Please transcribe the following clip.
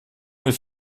mir